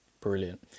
Brilliant